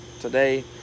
today